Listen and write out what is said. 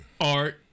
Art